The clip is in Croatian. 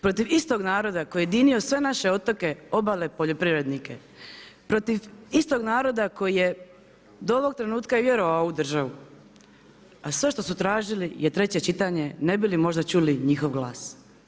Protiv istog naroda koji je ujedinio sve naše otoke, obale, poljoprivrednike, protiv istog naroda koji je do ovog trenutka vjerovao u ovu državu, a sve što su tražili je treće čitanje ne bi li možda čuli njihov glas.